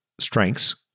strengths